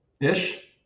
ish